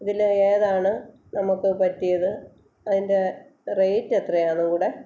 ഇതിൽ ഏതാണ് നമുക്ക് പറ്റിയത് അതിൻ്റെ റേറ്റ് എത്രയാണെന്നും കൂടെ